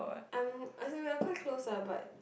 I'm as in we're quite close lah but